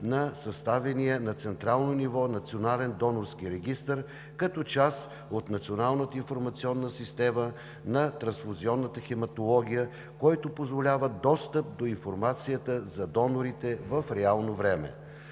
на съставения на централно ниво Национален донорски регистър като част от Националната информационна система на трансфузионната хематология, който позволява достъп до информацията за донорите в реално време.